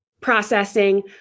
processing